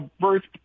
first